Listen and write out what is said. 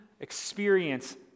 experience